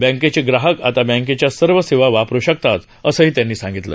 बँकेचे ग्राहक आता बँकेच्या सर्व सेवा वापरू शकतात असंही त्यांनी सांगितलं